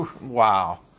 wow